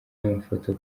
amafoto